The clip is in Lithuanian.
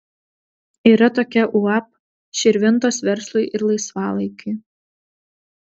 yra tokia uab širvintos verslui ir laisvalaikiui